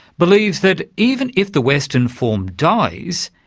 believes that even if the western form dies,